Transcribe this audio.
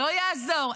לא יעזור,